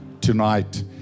Tonight